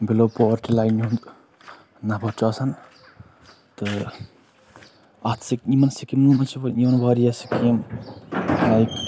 below poverty لاینہِ ہُنٛد نفر چھُ آسان تہٕ اَتھ سۭتۍ یِمَن سِکیٖمو منٛز چھِ یِمَن واریاہ سِکیٖم لایِک